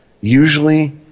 Usually